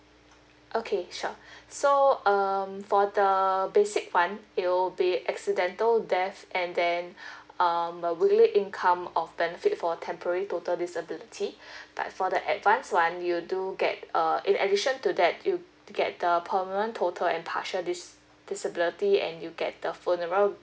okay sure so um for the basic [one] it will be accidental death and then um weekly income of benefit for temporary total disability but for the advanced [one] you do get uh in addition to that you get the permanent total and partial dis~ disability and you get the funeral